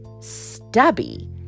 Stubby